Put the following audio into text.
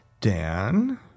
dan